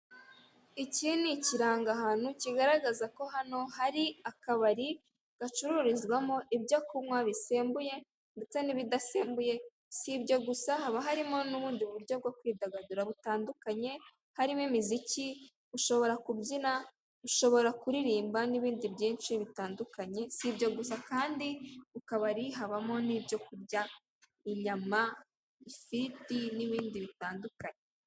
Iki ni ikirangahantu kigaragaza ko hano hari akabari gacururizwamo ibyo kunywa bisembuye ndetse n'ibidasembuye, si ibyo gusa, haba harimo n'ubundi buryo bwo kwidagadura butandukanye, harimo imiziki, ushobora kubyina, ushobora kuririmba n'ibindi byinshi bitandukanye, si ibyo gusa kandi, mu kabari habamo n'ibyo kurya, inyama, ifiriti n'ibindi bitandukanye.